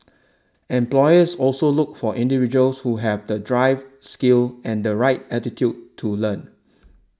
employers also look for individuals who have the drive skills and the right attitude to learn